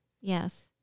Yes